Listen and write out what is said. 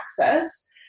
access